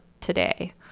today